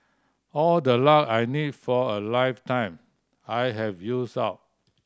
all the luck I need for a lifetime I have used up